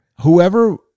Whoever